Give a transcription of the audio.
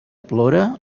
plora